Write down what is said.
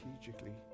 strategically